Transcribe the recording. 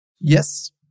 Yes